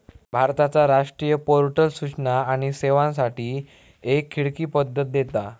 भारताचा राष्ट्रीय पोर्टल सूचना आणि सेवांसाठी एक खिडकी पद्धत देता